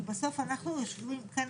כי בסוף אנחנו יושבים כאן,